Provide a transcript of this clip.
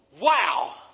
Wow